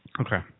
Okay